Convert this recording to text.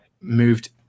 moved